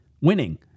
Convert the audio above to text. winning